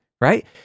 right